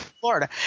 Florida